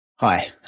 Hi